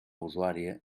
usuària